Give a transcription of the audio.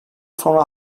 sonra